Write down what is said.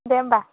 दे होमब्ला